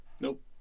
Nope